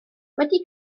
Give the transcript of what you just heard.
wedi